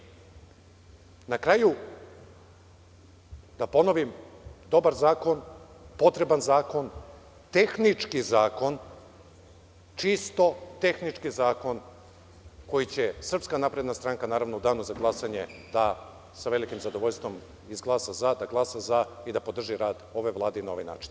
Na kraju, da ponovim dobar zakon, potreban zakon, tehnički zakon, čisto tehnički zakon koji će SNS, naravno, u danu za glasanje da sa velikim zadovoljstvom izglasa za, da glasa za i da podrži rad ove vlade i na ovaj način.